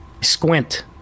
squint